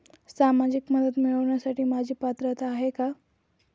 सामाजिक मदत मिळवण्यास माझी पात्रता आहे का?